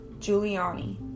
Giuliani